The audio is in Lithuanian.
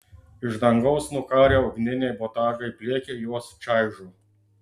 iš dangaus nukarę ugniniai botagai pliekia juos čaižo